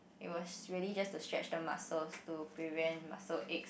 it was really just to stretch the muscles to prevent muscle aches